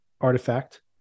artifact